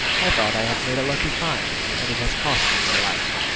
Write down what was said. i thought i had made a lucky find, and it has cost me my life!